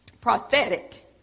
prophetic